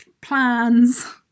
plans